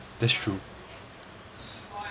that's true